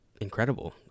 incredible